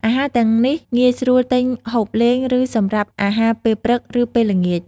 អាហារទាំងនេះងាយស្រួលទិញហូបលេង ឬសម្រាប់អាហារពេលព្រឹក ឬ ពេលល្ងាច។